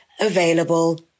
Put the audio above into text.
available